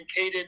Caden